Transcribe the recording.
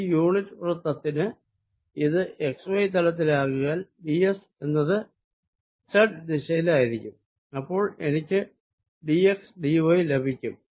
ഈ യൂണിറ്റ് വൃത്തത്തിന് ഇത് xy പ്ളേനി ലാകയാൽ ds എന്നത് z ദിശയിലായിരിക്കും അപ്പോൾ എനിക്ക് d x d y ലഭിക്കും